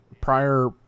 prior